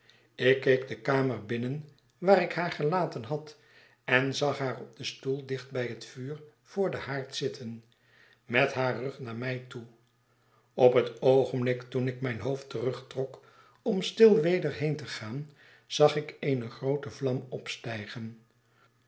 ik keek de kamer binnen waar ik haar gelaten had en zag haar op den stoel dicht bij het vuur voor den haard zitten met haar rug naar mij toe op het oogenblik toen fk mijn hoofd terugtrok orn stil weder heen te gaan zagik eenegroote vlam opstijgen